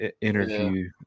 interview